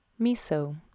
miso